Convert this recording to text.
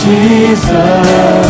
Jesus